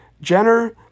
Jenner